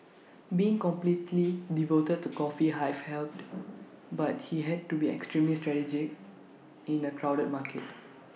being completely devoted to coffee hive helped but he had to be extremely strategic in A crowded market